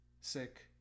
sick